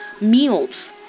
meals